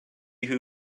who